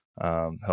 Help